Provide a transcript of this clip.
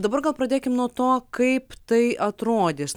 dabar gal pradėkim nuo to kaip tai atrodys